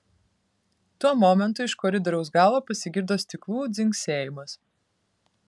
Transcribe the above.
tuo momentu iš koridoriaus galo pasigirdo stiklų dzingsėjimas